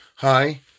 Hi